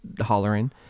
hollering